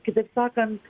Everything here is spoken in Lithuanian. kitaip sakant